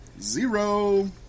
zero